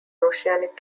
oceanic